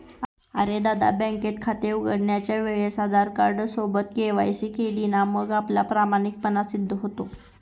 अरे दादा, बँकेत खाते उघडण्याच्या वेळेस आधार कार्ड सोबत के.वाय.सी केली ना मग आपला प्रामाणिकपणा सिद्ध होतो